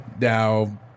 Now